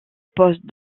poste